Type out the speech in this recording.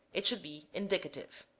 it should be indicative